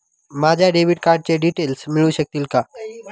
माझ्या डेबिट कार्डचे डिटेल्स मिळू शकतील का?